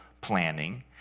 planning